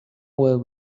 will